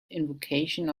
invocation